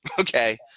Okay